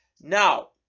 Now